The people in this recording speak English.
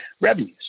revenues